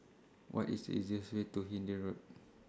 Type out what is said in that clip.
What IS The easiest Way to Hindhede Road